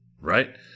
right